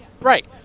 right